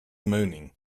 moaning